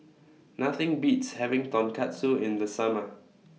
Nothing Beats having Tonkatsu in The Summer